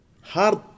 hard